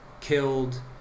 killed